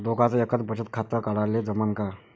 दोघाच एकच बचत खातं काढाले जमनं का?